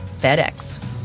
FedEx